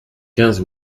quinze